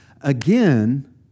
again